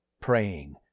praying